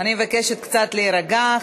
אני מבקשת קצת להירגע.